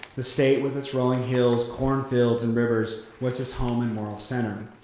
the state with its rolling hills, cornfields, and rivers was his home and moral center.